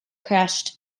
crashed